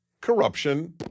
Corruption